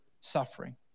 suffering